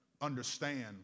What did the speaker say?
understand